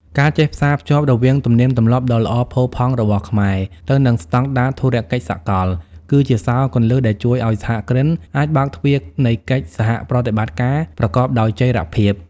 ការចេះផ្សារភ្ជាប់រវាងទំនៀមទម្លាប់ដ៏ល្អផូរផង់របស់ខ្មែរ ទៅនឹងស្ដង់ដារធុរកិច្ចសកល គឺជាសោរគន្លឹះដែលជួយឱ្យសហគ្រិនអាចបើកទ្វារនៃកិច្ចសហប្រតិបត្តិការប្រកបដោយចីរភាព។